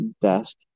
desk